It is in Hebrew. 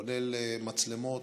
כולל מצלמות,